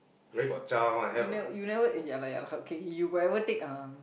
you never never eh ya lah ya lah okay you got ever take um